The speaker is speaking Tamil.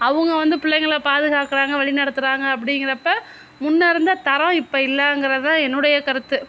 அவங்க வந்து பிள்ளைங்கள பாதுகாக்கிறாங்க வழிநடத்துறாங்க அப்படிங்குறப்ப முன்னயிருந்த தரம் இப்போ இல்லைங்குறதுதான் என்னுடைய கருத்து